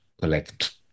collect